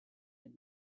had